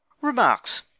Remarks